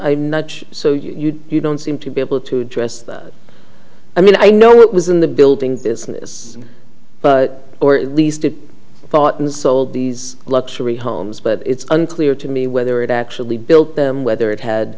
so you don't seem to be able to address that i mean i know it was in the building business but or at least it bought and sold these luxury homes but it's unclear to me whether it actually built them whether it